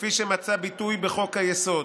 כפי שמצא ביטוי בחוק-היסוד.